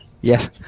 Yes